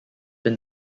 been